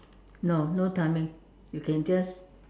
no no timing you can just